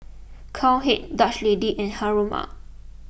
Cowhead Dutch Lady and Haruma